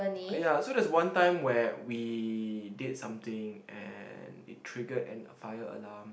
oh ya so there's one time where we did something and it triggered an fire alarm